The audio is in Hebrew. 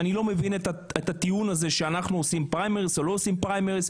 אני לא מבין את הטיעון הזה שאנחנו עושים פריימריס או לא עושים פריימריס.